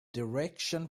direction